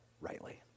rightly